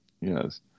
Yes